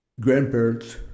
grandparents